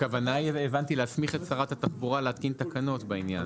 הכוונה היא להסמיך את שרת התחבורה להתקין תקנות בעניין.